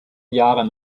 jahre